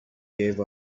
gave